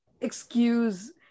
excuse